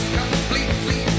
completely